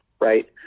right